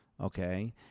okay